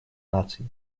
наций